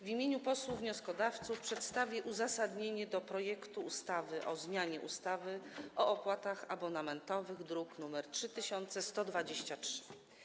W imieniu posłów wnioskodawców przedstawię uzasadnienie projektu ustawy o zmianie ustawy o opłatach abonamentowych, druk nr 3123.